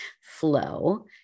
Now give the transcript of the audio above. Flow